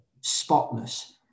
spotless